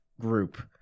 group